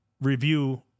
review